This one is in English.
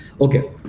Okay